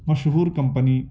مشہور کمپنی